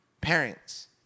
parents